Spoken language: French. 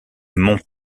mont